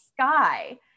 sky